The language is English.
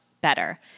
better